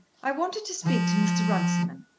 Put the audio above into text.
i wanted to speak to mr. runciman,